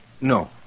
No